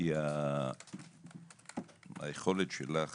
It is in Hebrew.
כי היכולת שלך